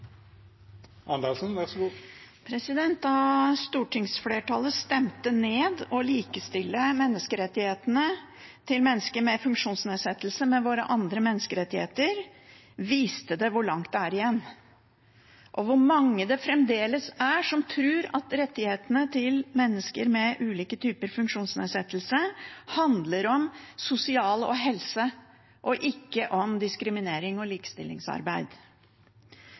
hvor langt det er igjen, og hvor mange det fremdeles er som tror at rettighetene til mennesker med ulike typer funksjonsnedsettelse handler om sosial- og helsefeltet – og ikke om diskriminerings- og likestillingsarbeid.